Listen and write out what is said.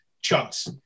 chunks